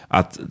att